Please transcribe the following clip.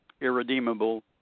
irredeemable